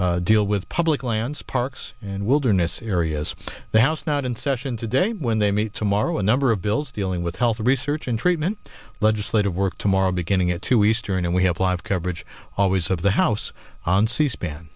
deal with public lands parks and wilderness areas the house not in session today when they meet tomorrow a number of bills dealing with health research and treatment legislative work tomorrow beginning at two eastern and we have live coverage always of the house on c span